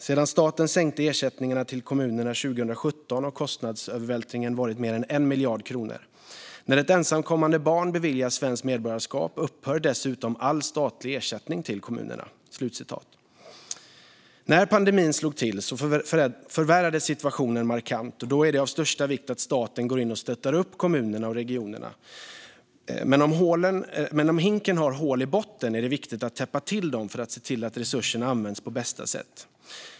Sedan staten sänkte ersättningarna till kommunerna 2017 har kostnadsövervältringen varit mer än 1 miljard kronor. När ett ensamkommande barn beviljas svenskt medborgarskap upphör dessutom all statlig ersättning till kommunerna." När pandemin slog till förvärrades situationen markant, och då är det av största vikt att staten går in och stöttar upp kommunerna och regionerna. Men om hinken har hål i botten är det viktigt att täppa till dem för att se till att resurserna används på bästa sätt.